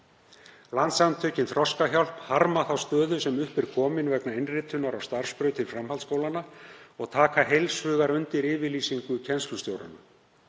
Landssamtökin Þroskahjálp harma þá stöðu sem upp er komin vegna innritunar á starfsbrautir framhaldsskólanna og taka heils hugar undir yfirlýsingu kennslustjóranna.